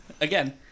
Again